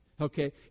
Okay